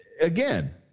again